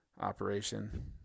Operation